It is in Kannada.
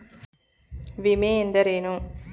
ವಿಮೆ ಎಂದರೇನು?